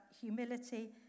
humility